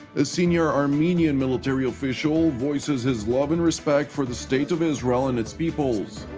a senior armenian military official voices his love and respect for the state of israel and its peoples.